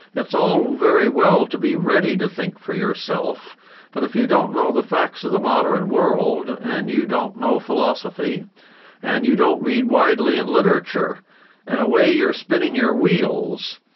it's all very well to be ready to think for yourself but if you don't know the facts of the modern world and you don't know philosophy and you don't read widely in and literature in a way you're spinning your wheels.